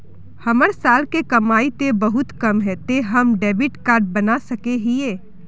हमर साल के कमाई ते बहुत कम है ते हम डेबिट कार्ड बना सके हिये?